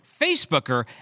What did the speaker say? Facebooker